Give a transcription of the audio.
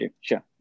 Sure